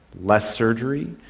less surgery,